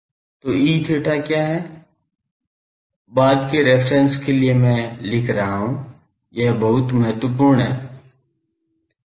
तो Eθ क्या है बाद के रिफरेन्स मैं इसे लिख रहा हूं यह बहुत महत्वपूर्ण है